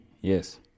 Yes